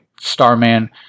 Starman